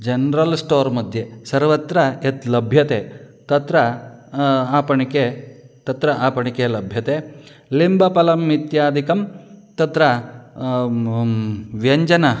general store मध्ये सर्वत्र यत् लभ्यते तत्र आपणे तत्र आपणे लभ्यते निम्बफलम् इत्यादिकं तत्र व्यञ्जनं